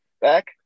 back